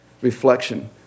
reflection